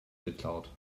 geklaut